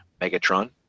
Megatron